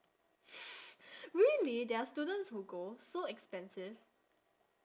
really there are students who go so expensive